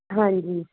ਹਾਂਜੀ